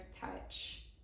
touch